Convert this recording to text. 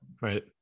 right